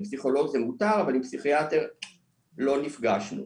עם פסיכולוג זה מותר אבל עם פסיכיאטר לא נפגשנו.